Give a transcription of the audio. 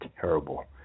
terrible